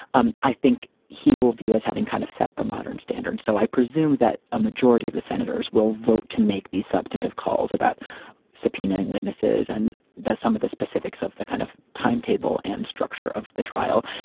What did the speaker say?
um i think he will view as having kind of set the modern standard. so i presume that a majority of the senators will vote to make these substantive calls about subpoenaing witnesses. and that's some of the specifics of the kind of timetable and structure of the trial.